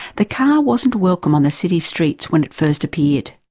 the car wasn't welcome on the city streets when it first appeared.